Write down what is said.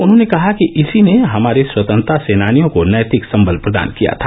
उन्होंने कहा कि इसी ने हमारे स्वतंत्रता सेनानियों को नैतिक संबल प्रदान किया था